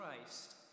Christ